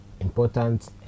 important